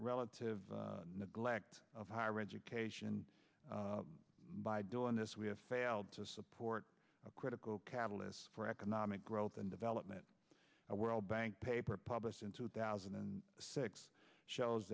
relative neglect of higher education and by doing this we have failed to support a critical catalyst for economic growth and development the world bank paper published in two thousand and six shows